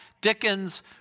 Dickens